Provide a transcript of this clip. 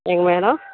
எங்கள் மேடம்